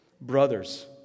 Brothers